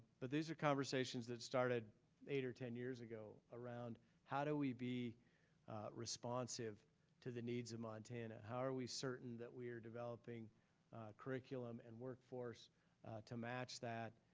but these are conversations that started eight or ten years ago around how do we be responsive to the needs of montana? how are we certain that we're developing curriculum and workforce to match that,